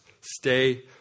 stay